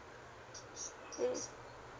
mm